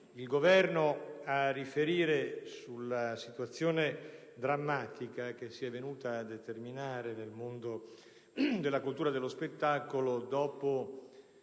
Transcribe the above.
il Governo a riferire sulla situazione drammatica che si è venuta a determinare nel mondo della cultura e dello spettacolo dopo